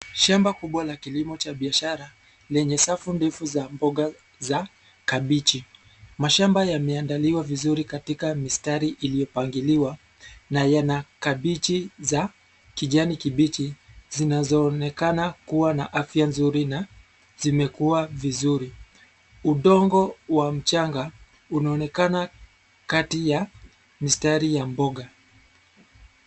Shamba kubwa la kilimo cha biashara lenye safu ndefu za mboga za kabeji. Mashamba yameandaliwa vizuri katika mistari iliyopangiliwa na yana kabeji za kijani kibichi; zinazoonekana kuwa na afya nzuri na zimekuwa vizuri. Udongo wa mchanga unaonekana kati ya mistari ya mboga.